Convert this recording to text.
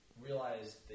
realize